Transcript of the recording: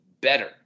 better